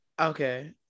Okay